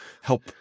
help